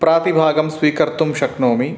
प्रातिभागं स्वीकर्तुं शक्नोमि